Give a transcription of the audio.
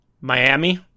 Miami